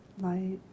light